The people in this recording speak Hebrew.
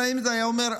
תמיד היה אומר: